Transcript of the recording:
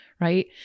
right